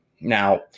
now